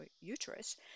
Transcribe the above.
uterus